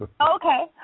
Okay